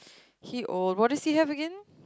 he old what does he have again